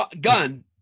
gun